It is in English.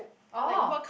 oh